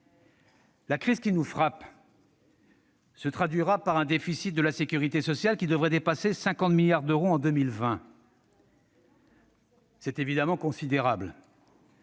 La crise qui nous frappe se traduira par un déficit de la sécurité sociale qui devrait dépasser 50 milliards d'euros en 2020. C'est évidemment considérable,